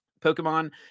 pokemon